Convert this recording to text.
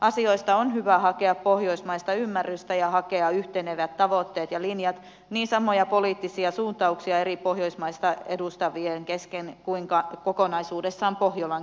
asioista on hyvä hakea pohjoismaista ymmärrystä ja hakea yhtenevät tavoitteet ja linjat niin samoja poliittisia suuntauksia eri pohjoismaissa edustavien kesken kuin kokonaisuudessaan pohjolan keskuudessa